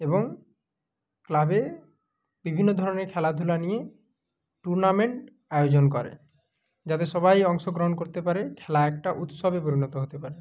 এবং ক্লাবে বিভিন্ন ধরনের খেলাধুলা নিয়ে টুর্নামেন্ট আয়োজন করে যাতে সবাই অংশগ্রহণ করতে পারে খেলা একটা উৎসবে পরিণত হতে পারে